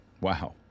Wow